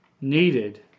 needed